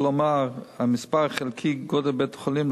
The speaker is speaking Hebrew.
כלומר המספר חלקי גודל בית-החולים.